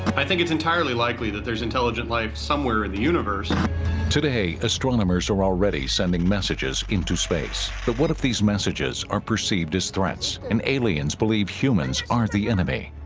i think it's entirely likely that there's intelligent life somewhere in the universe today astronomers are already sending messages into space but what if these messages are perceived as threats and aliens believe humans aren't the enemy?